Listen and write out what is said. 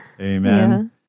Amen